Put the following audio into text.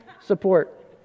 support